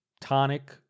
Tonic